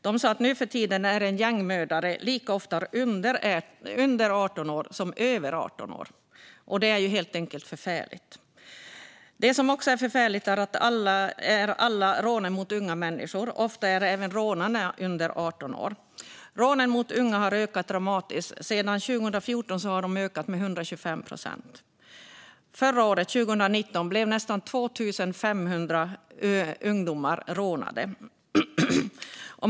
Där sa man att gängmördare nu för tiden lika ofta är under 18 år som över 18 år. Det är helt enkelt förfärligt! Det som också är förfärligt är alla rån mot unga människor. Ofta är även rånarna under 18 år. Rånen mot unga har ökat dramatiskt. Sedan 2014 har de ökat med 125 procent. Förra året, 2019, blev nästan 2 500 ungdomar rånade.